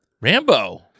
Rambo